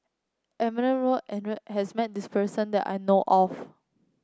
Edmund Road and has met this person that I know of